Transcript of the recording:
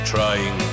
Trying